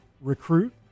recruit